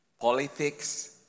politics